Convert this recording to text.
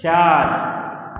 चार